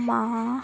ਮਾਂ